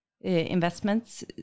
investments